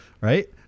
right